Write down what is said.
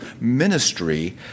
ministry